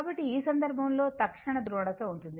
కాబట్టి ఈ సందర్భంలో తక్షణ ధ్రువణత ఉంటుంది